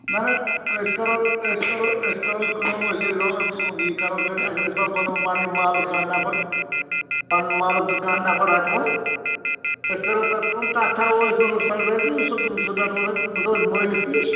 نہَ نہَ أسۍ کَرو أسۍ کَرو أسۍ کَرو کٲم أسۍ ییٚلہِ روتھ یہِ کَرہوکھ أسۍ اگر أسۍ پتہٕ پَنُن پَنٕنہِ مٔحلُک کانٛہہ نَفر پَنُن مٔحلُک تہِ کانٛہہ نَفر رَٹہٕ ہون أسۍ کَرو پتہٕ کٲم تَتھ تھاوَو أسۍ مطلب سَزا زِ سُہ رَٹہٕ ہُون أسۍ مٲلِس نِش